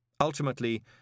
Ultimately